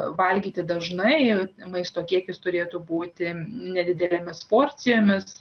valgyti dažnai maisto kiekis turėtų būti nedidelėmis porcijomis